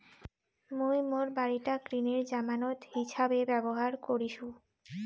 মুই মোর বাড়িটাক ঋণের জামানত হিছাবে ব্যবহার করিসু